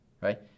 Right